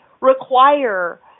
require